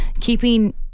keeping